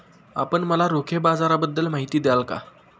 आपण मला रोखे बाजाराबद्दल माहिती द्याल का?